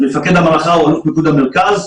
אז מפקד המערכה הוא אלוף פיקוד המרכז,